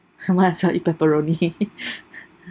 might as well eat pepperoni